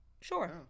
Sure